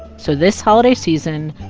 so this holiday season,